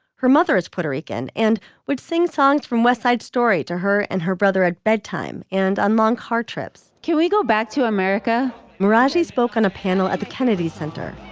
her mother is puerto rican and would sing songs from west side story to her and her brother at bedtime and on long car trips q we go back to america marathi spoke on a panel at the kennedy center.